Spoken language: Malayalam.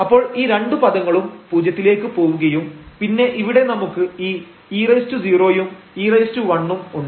അപ്പോൾ ഈ രണ്ടു പദങ്ങളും പൂജ്യത്തിലേക്ക് പോവുകയും പിന്നെ ഇവിടെ നമുക്ക് ഈ e0 യും e1 ഉം ഉണ്ട്